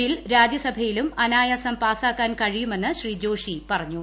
bill രാജ്യസഭയിലും അനായാസം പാസ്സാക്കാൻ കഴിയുമെന്ന് ശ്രീ ജോഷി പറഞ്ഞു